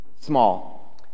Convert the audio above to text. Small